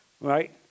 right